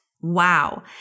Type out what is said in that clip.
Wow